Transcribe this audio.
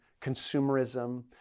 consumerism